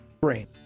brain